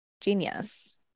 genius